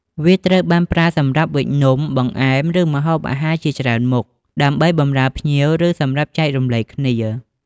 វាត្រូវបានប្រើសម្រាប់វេចនំ បង្អែម ឬម្ហូបអាហារជាច្រើនមុខ ដើម្បីបម្រើភ្ញៀវ ឬសម្រាប់ចែករំលែកគ្នា។